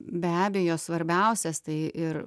be abejo svarbiausias tai ir